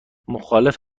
مخالف